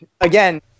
again